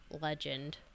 legend